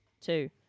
Two